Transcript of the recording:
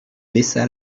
baissa